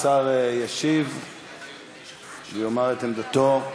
השר ישיב ויאמר את עמדתו.